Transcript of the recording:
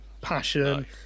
passion